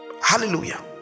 Hallelujah